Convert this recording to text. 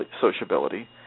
sociability